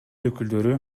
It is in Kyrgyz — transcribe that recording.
өкүлдөрү